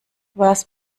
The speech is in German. was